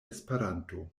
esperanto